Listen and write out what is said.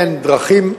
אין דרכים,